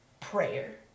prayer